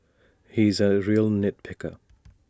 he is A real nit picker